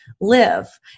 live